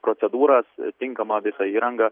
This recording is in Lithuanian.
procedūras tinkamą visą įrangą